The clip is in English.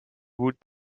would